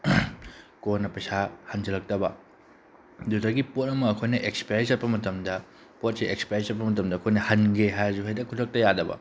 ꯀꯣꯟꯅ ꯄꯩꯁꯥ ꯍꯟꯖꯤꯜꯂꯛꯇꯕ ꯑꯗꯨꯗꯒꯤ ꯄꯣꯠ ꯑꯃ ꯑꯩꯈꯣꯏ ꯑꯦꯛꯁꯄꯥꯏꯔꯤ ꯆꯠꯄ ꯃꯇꯝꯗ ꯄꯣꯠꯁꯦ ꯑꯦꯛꯁꯄꯥꯏꯔꯤ ꯆꯠꯄ ꯃꯇꯝꯗ ꯑꯩꯈꯣꯏꯅ ꯍꯟꯒꯦ ꯍꯥꯏꯔꯁꯨ ꯍꯦꯛꯇ ꯈꯨꯗꯛꯇ ꯌꯥꯗꯕ